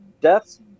death's